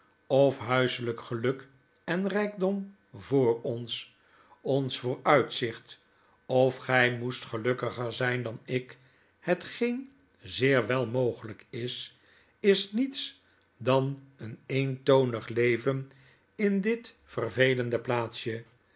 of huiselgk geluk en rijkdom voor ons ons vooruitzicht of gg moest gelukkiger zgn dan ik hetgeen zeer wel mogelgk is is niets dan een eentonig leven in dit vervelende plaatsje